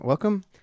Welcome